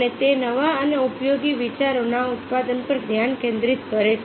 અને તે નવા અને ઉપયોગી વિચારોના ઉત્પાદન પર ધ્યાન કેન્દ્રિત કરે છે